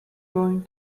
going